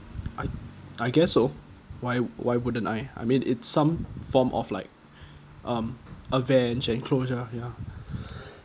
I I guess so why why wouldn't I I mean it's some form of like um avenge and closure ya